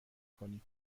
کنی